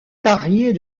carrier